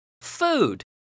food